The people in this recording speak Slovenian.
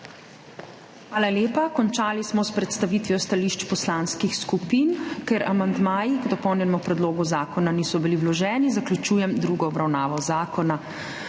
Hvala lepa. Končali smo s predstavitvijo stališč poslanskih skupin. Ker amandmaji k dopolnjenemu predlogu zakona niso bili vloženi, zaključujem drugo obravnavo zakona.